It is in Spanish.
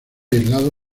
aislado